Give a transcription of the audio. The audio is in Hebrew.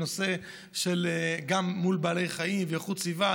גם על בעלי חיים ואיכות הסביבה,